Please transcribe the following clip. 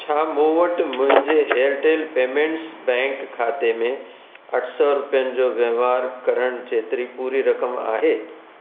छा मूं वटि मुंहिंजे एयरटैल पेमेंट्स बैंक खाते में अठ सौ रुपियनि जो वहिंवार करण जेतिरी पूरी रक़म आहे